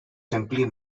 simply